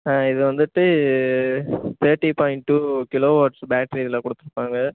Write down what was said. இதில் வந்துட்டு thirty point two kilo watts battery இதில் கொடுத்துருப்பாங்க